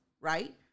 right